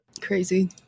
Crazy